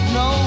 no